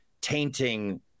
tainting